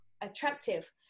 attractive